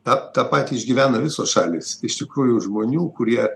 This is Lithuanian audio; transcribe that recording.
na tą patį išgyvena visos šalys iš tikrųjų žmonių kurie